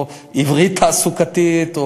או עברית תעסוקתית,